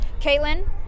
Caitlin